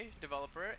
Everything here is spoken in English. developer